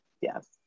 Yes